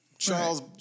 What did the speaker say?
Charles